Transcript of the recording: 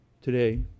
Today